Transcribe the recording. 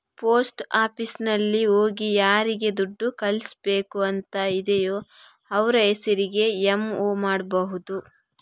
post ಆಫೀಸಿನಲ್ಲಿ ಹೋಗಿ ಯಾರಿಗೆ ದುಡ್ಡು ಕಳಿಸ್ಬೇಕು ಅಂತ ಇದೆಯೋ ಅವ್ರ ಹೆಸರಿಗೆ ಎಂ.ಒ ಮಾಡ್ಬಹುದು